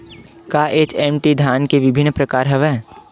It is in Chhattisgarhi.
का एच.एम.टी धान के विभिन्र प्रकार हवय?